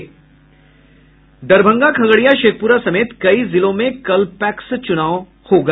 दरभंगा खगड़िया शेखपुरा समेत कई जिलों में कल पैक्स का चुनाव होगा